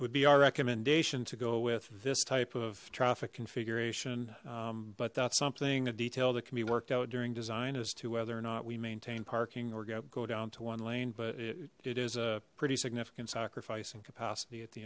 would be our recommendation to go with this type of traffic configuration but that's something a detail that can be worked out during design as to whether or not we maintain parking or go down to one lane but it is a pretty significant sacrifice and capacity at the